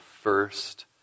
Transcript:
first